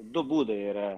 du būdai yra